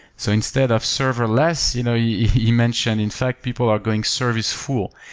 so instead of serverless, you know yeah he mentioned, in fact, people are going service full.